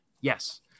Yes